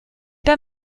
pas